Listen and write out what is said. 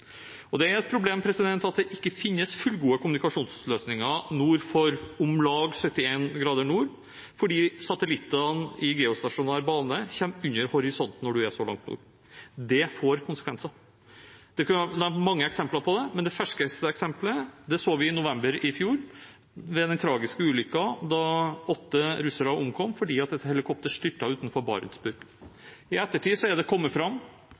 regionen. Det er et problem at det ikke finnes fullgode kommunikasjonsløsninger nord for om lag 71 grader nord, fordi satellittene i geostasjonær bane kommer under horisonten når man er så langt nord. Det får konsekvenser. Det kunne ha vært nevnt mange eksempler på det, men det ferskeste eksempelet så vi i november i fjor i forbindelse med den tragiske ulykken der åtte russere omkom da et helikopter styrtet utenfor Barentsburg. I ettertid er det kommet fram